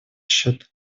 счет